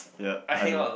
yeap I know